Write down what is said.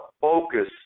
focus